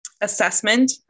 assessment